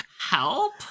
help